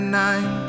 night